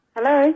Hello